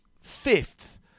fifth